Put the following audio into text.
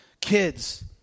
kids